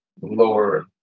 lower